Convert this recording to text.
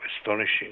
astonishing